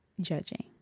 judging